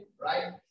Right